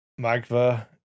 Magva